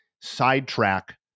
sidetrack